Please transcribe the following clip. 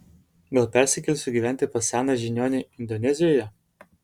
gal persikelsiu gyventi pas seną žiniuonį indonezijoje